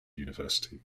university